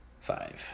Five